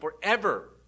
forever